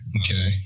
Okay